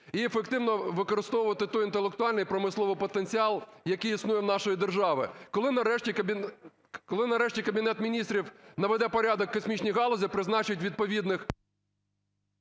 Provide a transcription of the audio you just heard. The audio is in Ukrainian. і ефективно використовувати той інтелектуальний промисловий потенціал, який існує у нашої держави. Коли нарешті Кабінет Міністрів наведе порядок в космічній галузі, призначить відповідних…